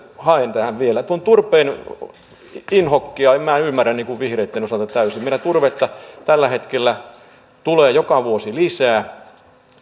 haen tähän vielä turvetta inhokkina en ymmärrä vihreitten osalta täysin meillä turvetta tällä hetkellä tulee joka vuosi lisää